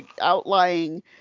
outlying